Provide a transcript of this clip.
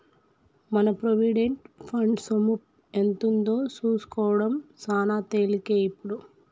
మన provident fund సొమ్ము ఎంతుందో సూసుకోడం సాన తేలికే ఇప్పుడు